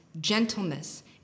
gentleness